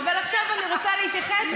לא, אין קוד לבוש לחברי כנסת.